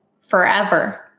forever